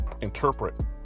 interpret